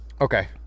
Okay